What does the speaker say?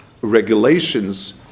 regulations